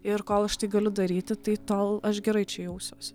ir kol aš tai galiu daryti tai tol aš gerai čia jausiuosi